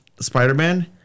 Spider-Man